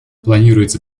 планируется